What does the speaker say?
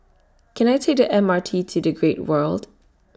Can I Take The M R T to The Great World